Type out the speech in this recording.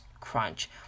crunch